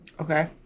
Okay